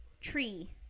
tree